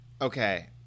okay